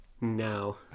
No